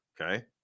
okay